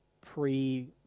pre